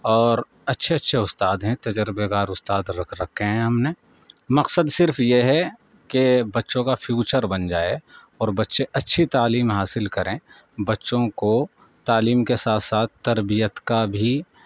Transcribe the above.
اور اچھے اچھے استاد ہیں تجربےکار استاد ہیں رکھ رکھے ہیں ہم نے مقصد صرف یہ ہے کہ بچوں کا فیوچر بن جائے اور بچے اچھی تلعیم حاصل کریں بچوں کو تعلیم کے ساتھ ساتھ تربیت کا بھی